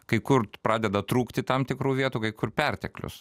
kai kur pradeda trūkti tam tikrų vietų kai kur perteklius